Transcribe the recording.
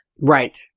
Right